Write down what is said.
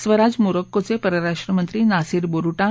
स्वराज मोरक्कोचे परराष्ट्र मंत्री नासीर बोरुटा